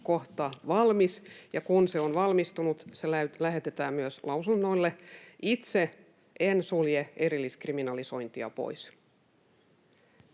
kohta valmis, ja kun se on valmistunut, se lähetetään myös lausunnoille. Itse en sulje erilliskriminalisointia pois.